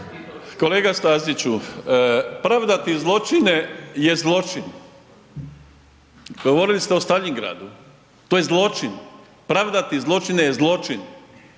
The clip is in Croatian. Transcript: Kolega Staziću, pravdati zločine je zločin. Govorili ste o Staljingradu, to je zločin, pravdati zločine je zločin.